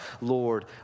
Lord